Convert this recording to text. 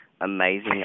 amazing